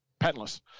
patentless